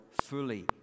fully